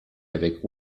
avec